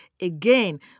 Again